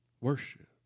Worship